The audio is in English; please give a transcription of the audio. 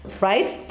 right